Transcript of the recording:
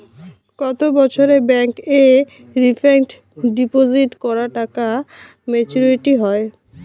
কত বছরে ব্যাংক এ ফিক্সড ডিপোজিট করা টাকা মেচুউরিটি হয়?